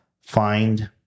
Find